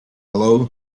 hello